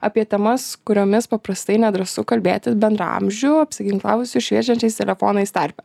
apie temas kuriomis paprastai nedrąsu kalbėti bendraamžių apsiginklavusių šviečiančiais telefonais tarpe